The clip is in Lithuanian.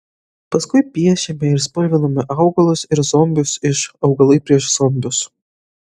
paskui piešėme ir spalvinome augalus ir zombius iš augalai prieš zombius